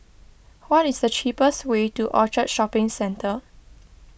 what is the cheapest way to Orchard Shopping Centre